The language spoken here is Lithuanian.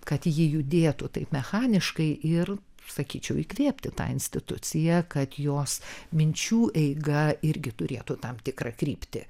kad ji judėtų taip mechaniškai ir sakyčiau įkvėpti tą instituciją kad jos minčių eiga irgi turėtų tam tikrą kryptį